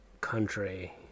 Country